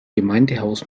gemeindehaus